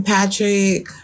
Patrick